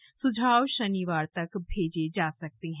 ये सुझाव शनिवार तक भेजे जा सकते हैं